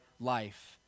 life